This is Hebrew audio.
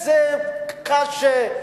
כמה קשה,